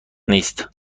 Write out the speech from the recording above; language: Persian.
نیست